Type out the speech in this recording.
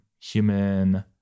human